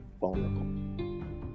vulnerable